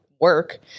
work